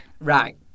Right